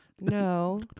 No